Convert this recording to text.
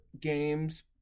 games